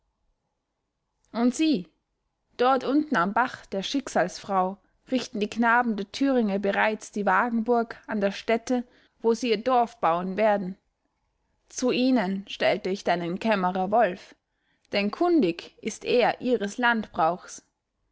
und sieh dort unten am bach der schicksalsfrau richten die knaben der thüringe bereits die wagenburg an der stätte wo sie ihr dorf bauen werden zu ihnen stellte ich deinen kämmerer wolf denn kundig ist er ihres